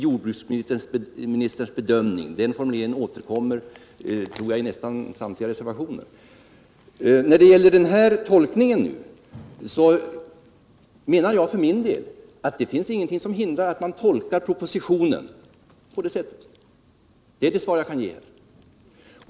Jag tror att den formuleringen återkommer i nästan samtliga reservationer. När det gäller den här tolkningen menar jag att det inte finns någonting som hindrar att man tolkar propositionen på det sättet, nämligen att inkomstmål och konsumentintresset skall jämställas. Det är det svar jag kan ge.